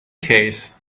case